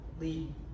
lead